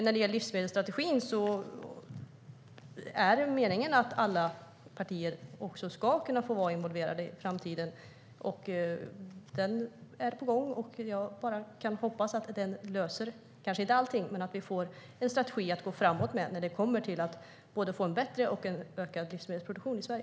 När det gäller livsmedelsstrategin är meningen att alla partier ska få vara involverade i framtiden. Strategin är på gång, och jag hoppas att den kanske inte löser allt men att vi får en strategi att gå framåt med när det gäller att få bättre och ökad livsmedelsproduktion i Sverige.